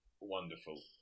wonderful